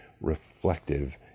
reflective